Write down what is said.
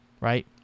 Right